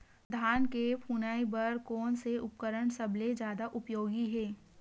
धान के फुनाई बर कोन से उपकरण सबले जादा उपयोगी हे?